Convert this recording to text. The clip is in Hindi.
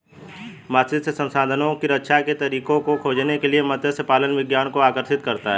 मात्स्यिकी संसाधनों की रक्षा के तरीकों को खोजने के लिए मत्स्य पालन विज्ञान को आकर्षित करता है